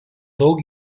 daug